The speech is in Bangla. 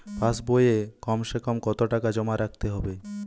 পাশ বইয়ে কমসেকম কত টাকা জমা রাখতে হবে?